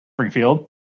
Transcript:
Springfield